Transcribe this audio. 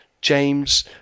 James